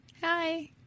Hi